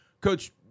Coach